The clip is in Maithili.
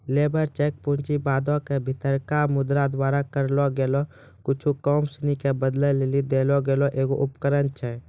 लेबर चेक पूँजीवादो के भीतरका मुद्रा द्वारा करलो गेलो कुछु काम सिनी के बदलै लेली देलो गेलो एगो उपकरण छै